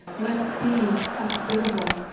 let's be hospitable.